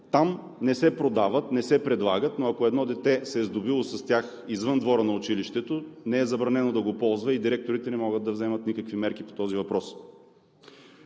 там не се продават, не се предлагат, но ако едно дете се е сдобило с тях извън двора на училището не е забранено да го ползва и директорите не могат да вземат никакви мерки по този въпрос.